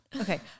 Okay